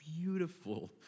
beautiful